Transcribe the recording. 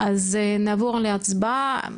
אז נעבור להצבעה.